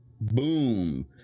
Boom